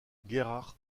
guérard